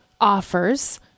offers